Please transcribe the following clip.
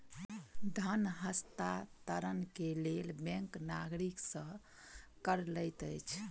धन हस्तांतरण के लेल बैंक नागरिक सॅ कर लैत अछि